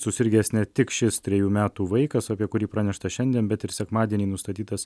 susirgęs ne tik šis trejų metų vaikas apie kurį pranešta šiandien bet ir sekmadienį nustatytas